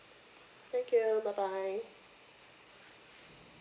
thank you bye bye